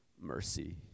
mercy